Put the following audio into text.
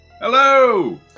Hello